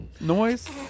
noise